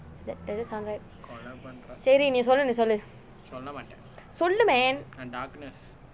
is that does that sound right சரி நீ சொல்லு நீ சொல்லு சொல்லு:sari ni sollu ni sollu sollu man